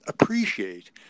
appreciate